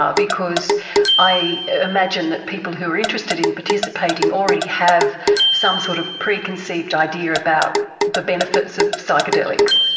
ah because i imagine that people who are interested in participating already have some sort of preconceived idea about the benefits of psychedelics.